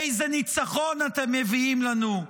איזה ניצחון אתם מביאים לנו?